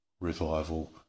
revival